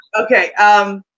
Okay